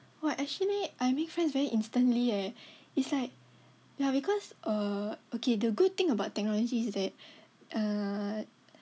!wah! actually I make friends very instantly eh it's like ya because err okay the good thing about technology is that err